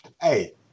Hey